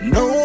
no